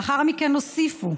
לאחר מכן הוסיפו: